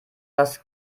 das